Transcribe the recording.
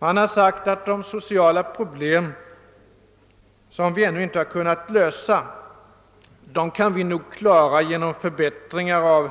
Man har menat att de sociala problem som vi ännu inte kunnat lösa nog kan klaras genom förbättringar av